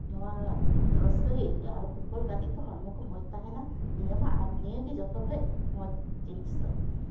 ᱱᱚᱣᱟ ᱨᱟᱹᱥᱠᱟᱹ ᱜᱮ ᱟᱹᱭᱠᱟᱹᱜᱼᱟ ᱟᱨ ᱯᱷᱩᱴᱵᱚᱞ ᱜᱟᱛᱮᱜ ᱛᱮ ᱦᱚᱲᱢᱚ ᱠᱚ ᱢᱚᱡᱽ ᱛᱟᱦᱮᱱᱟ ᱱᱤᱭᱟᱹ ᱦᱚᱸ ᱟᱨ ᱱᱤᱭᱟᱹ ᱜᱮ ᱡᱚᱛᱚ ᱠᱷᱚᱱ ᱢᱚᱡᱽ ᱡᱤᱱᱤᱥ ᱫᱚ